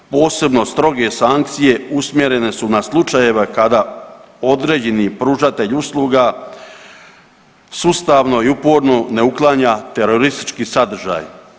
Posebno stroge sankcije usmjerene su na slučajeve kada određeni pružatelj usluga sustavno i uporno ne uklanja teroristički sadržaj.